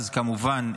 כמובן,